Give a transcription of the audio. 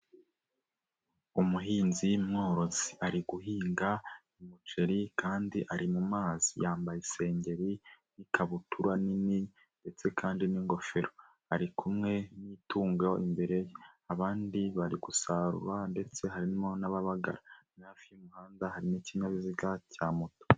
Umuhinzi mworozi ari guhinga umuceri kandi ari mu mazi, yambaye isengeri n'ikabutura nini ndetse kandi n'ingofero ari kumwe n'itungo imbere, abandi bari gusarura ndetse harimo n'ababagara, ni hafi y'umuhanda hari n'ikinyabiziga cya moto.